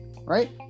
right